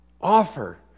offer